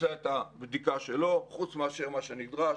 יבצע את הבדיקה שלו חוץ מאשר מה שנדרש